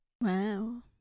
Wow